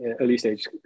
early-stage